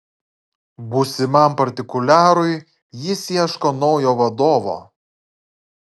būsimam partikuliarui jis ieško naujo vadovo